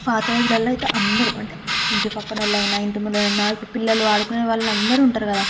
పాత రోజులలో అయితే అందరు అంటే ఇంటి పక్కన వాళ్ళు అయినా ఇంటి ముందర వాళ్ళు అయినా ఇప్పుడు పిల్లలు ఆడుకునే వాళ్ళు అందరు ఉంటారు కదా